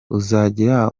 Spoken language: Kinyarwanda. uzagira